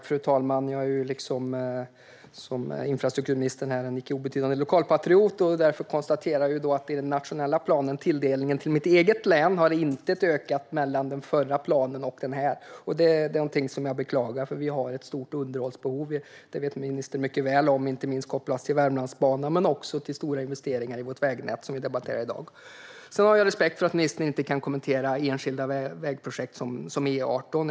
Fru talman! Liksom infrastrukturministern är också jag en stor lokalpatriot. Därför konstaterar jag att tilldelningen i den nationella planen till mitt eget län inte har ökat mellan den förra och den här planen, och det beklagar jag. Vi har ett stort underhållsbehov, det vet ministern mycket väl, inte minst kopplat till Värmlandsbanan men också kopplat till stora investeringar i vårt vägnät, som vi debatterar i dag. Sedan har jag respekt för att ministern inte kan kommentera enskilda vägprojekt som E18.